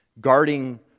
guarding